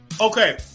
Okay